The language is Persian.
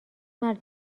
مرد